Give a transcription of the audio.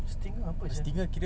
stinger apa stinger